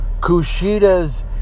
Kushida's